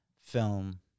film